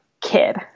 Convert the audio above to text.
kid